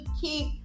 keep